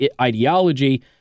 ideology